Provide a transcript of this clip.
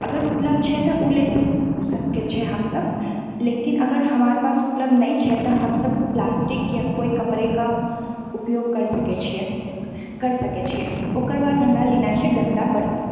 अगर उपलब्ध छै तऽ उ लए सक सकै छै हमसभ लेकिन अगर हमरा पास उपलब्ध नहि छै तऽ हमसभ प्लास्टिक या कोइ कपड़ेके उपयोग करि सकै छियै कर सकै छियै ओकर बाद हमरा लेना छै गन्दा बर्तन